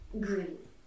green